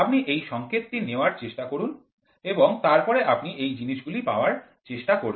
আপনি এই সংকেতটি নেওয়ার চেষ্টা করন এবং তারপরে আপনি এই জিনিসগুলি পাওয়ার চেষ্টা করবেন